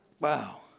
wow